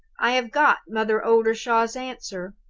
i have got mother oldershaw's answer.